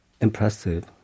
impressive